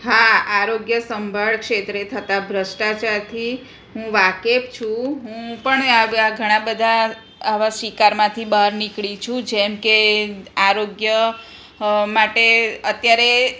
હા આરોગ્ય સંભાળ ક્ષેત્રે થતાં ભ્રષ્ટાચારથી હું વાકેફ છું હું પણ આવા ઘણાં બધાં આવા શિકારમાંથી બહાર નીકળી છું જેમ કે આરોગ્ય માટે અત્યારે